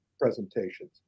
presentations